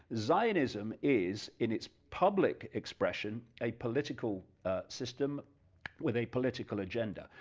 zionism is in its public expression, a political system with a political agenda,